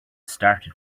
started